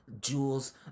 jewels